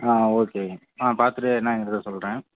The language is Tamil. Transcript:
ஆ ஓகேங்க நான் பார்த்துட்டு என்னெங்கறத சொல்கிறேன்